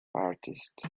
artists